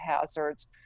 hazards